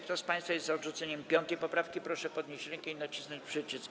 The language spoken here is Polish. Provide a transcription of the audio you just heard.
Kto z państwa jest za odrzuceniem 5. poprawki, proszę podnieść rękę i nacisnąć przycisk.